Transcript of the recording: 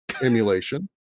emulation